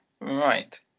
Right